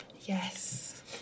yes